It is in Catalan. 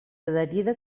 adherida